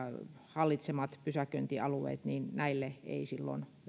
hallitsemille pysäköintialueille ei